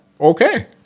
okay